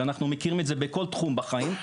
ואנחנו מכירים את זה בכל תחום בחיים,